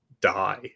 die